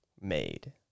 made